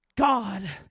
God